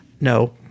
no